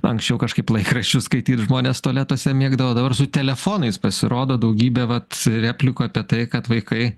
anksčiau kažkaip laikraščius skaityt žmonės tualetuose mėgdavo o dabar su telefonais pasirodo daugybė vat replikų apie tai kad vaikai